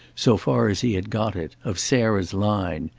so far as he had got it, of sarah's line.